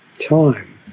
time